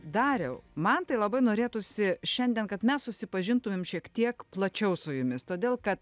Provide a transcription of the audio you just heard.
dariau man tai labai norėtųsi šiandien kad mes susipažintumėm šiek tiek plačiau su jumis todėl kad